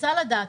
רוצה לדעת,